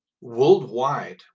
worldwide